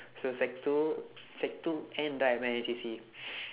so sec two sec two end then I went N_C_C